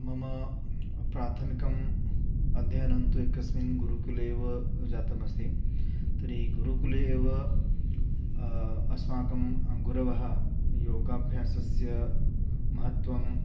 मम प्राथमिकम् अध्ययनन्तु एकस्मिन् गुरुकुले एव जातमस्ति तर्हि गुरुकुले एव अस्माकं गुरवः योगाभ्यासस्य महत्त्वं